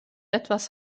etwas